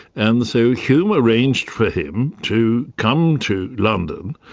and so hume arranged for him to come to london,